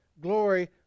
glory